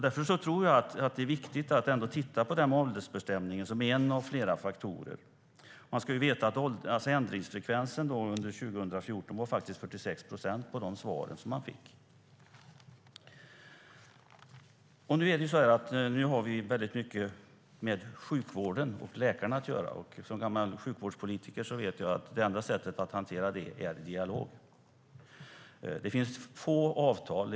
Därför tror jag att det är viktigt att ändå titta på åldersbestämningen, som är en av flera faktorer. Man ska veta att ändringsfrekvensen under 2014 var 46 procent på de svar som man fick. Nu är det på det sättet att det har mycket med sjukvården och läkarna att göra. Som gammal sjukvårdspolitiker vet jag att det enda sättet att hantera det är genom dialog. Det finns få avtal.